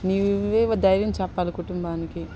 నువ్వు ధైర్యం చెప్పాలి కుటుంబానికి